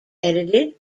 edited